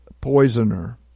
poisoner